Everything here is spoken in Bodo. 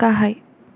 गाहाय